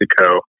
Mexico